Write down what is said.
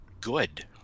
good